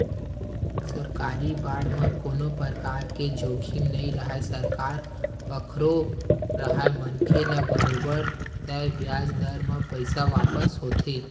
सरकारी बांड म कोनो परकार के जोखिम नइ राहय सरकार कखरो राहय मनखे ल बरोबर तय बियाज दर म पइसा वापस होथे